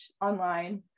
online